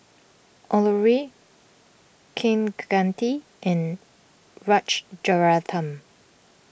Alluri Kaneganti and Rajaratnam